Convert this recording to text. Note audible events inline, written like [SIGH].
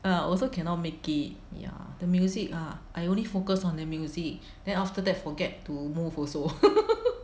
I also cannot make it ya the music ah I only focus on their music then after that forget to move also [LAUGHS]